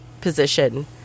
position